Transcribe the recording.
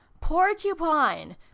Porcupine